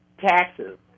taxes